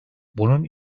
bunun